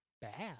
bad